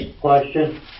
Question